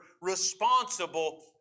responsible